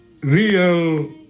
real